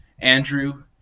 Andrew